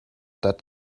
that